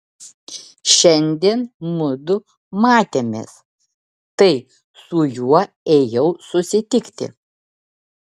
šiandien mudu matėmės tai su juo ėjau susitikti